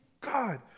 God